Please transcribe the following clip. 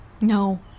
No